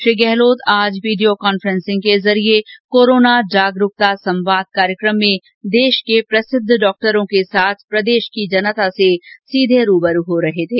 श्री गहलोत आज video conferencing के जरिए कोरोना जागरुकता संवाद कार्यक्रम में देश के प्रसिद्ध डॉक्टरों के साथ प्रदेश की जनता से सीधे रूबरू हो रहे थे